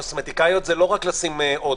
קוסמטיקאיות זה לא רק לשים אודם.